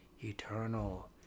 eternal